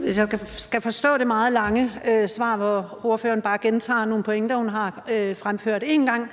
Hvis jeg skal forstå det meget lange svar, hvor ordføreren bare gentager nogle pointer, hun har fremført en gang